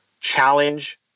challenge